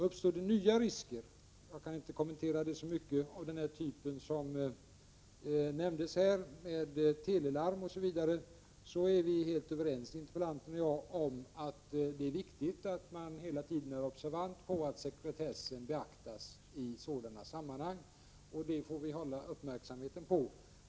Uppstod det nya risker av den typ som nämndes här, med Tele Larm osv. — jag kan inte kommentera det så mycket — är det viktigt att man hela tiden är observant på att sekretessen beaktas. Det är interpellanten och jag helt överens om.